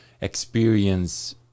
experience